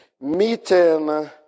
meeting